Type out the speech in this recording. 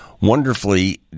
wonderfully